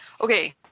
Okay